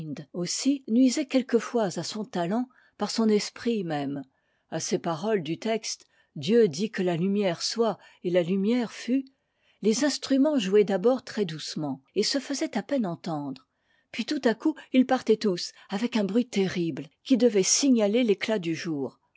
aussi nuisait quelquefois à son talent par son esprit même à ces paroles du texte dieu dit que la lumière soit et la lumière les instruments jouaient d'abord très-doucement et se faisaient à peine entendre puis tout à coup ils partaient tous avec un bruit terrible qui devait signaler l'éclat du jour